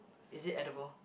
is it edible